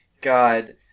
God